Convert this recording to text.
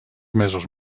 mesos